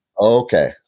okay